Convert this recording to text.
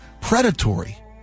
predatory